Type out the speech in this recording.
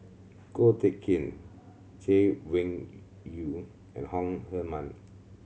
Ko Teck Kin Chay Weng Yew and Hong Heman